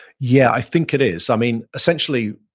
yeah, i think it is. i mean essentially,